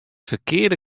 ferkearde